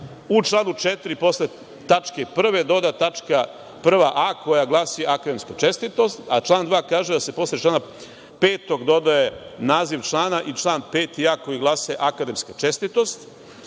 u članu 4. posle tačke 1. dodat tačka 1a, koja glasi – akademska čestitost, a član 2. kaže – da se posle člana 5. dodaje naziv člana i član 5a, koji glasi – akademska čestitost.